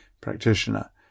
practitioner